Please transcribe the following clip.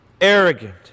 arrogant